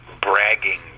bragging